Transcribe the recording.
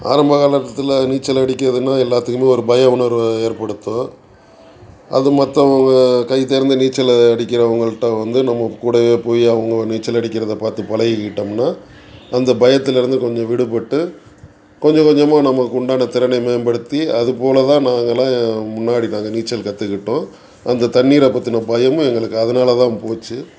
ஆரம்பக் காலத்தில் நீச்சல் அடிக்கிறதுன்னா எல்லாத்துக்குமே ஒரு பய உணர்வை ஏற்படுத்தும் அது மற்றவங்க கைத்தேர்ந்து நீச்சல் அடிக்கிறவங்கள்கிட்ட வந்து நம்ம கூடவே போய் அவங்க நீச்சல் அடிக்கிறதை பார்த்து பழகிக்கிட்டோம்ன்னா அந்த பயத்திலேருந்து கொஞ்சம் விடுப்பட்டு கொஞ்சம் கொஞ்சமாக நமக்கு உண்டான திறனை மேம்படுத்தி அதுபோல் தான் நாங்கெல்லாம் முன்னாடி நாங்கள் நீச்சல் கற்றுக்கிட்டோம் அந்த தண்ணீரை பற்றின பயமும் எங்களுக்கு அதனால தான் போச்சு